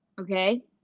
Okay